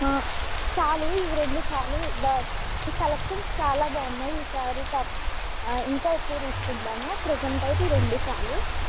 చాలు ఇవి రెండు చాలు బట్ మీ కలెక్షన్స్ చాలా బాగున్నాయి ఈసారి తప్ ఇంకా ఎక్కువ తీసుకుంటాను ప్రెసెంట్ అయితే ఈ రెండు చాలు